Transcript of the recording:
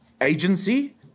agency